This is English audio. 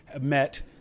met